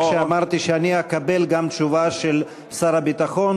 ואמרתי שאני אקבל גם תשובה של שר הביטחון